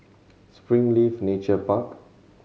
Springleaf Nature Park